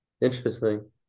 Interesting